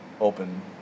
open